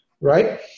right